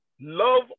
Love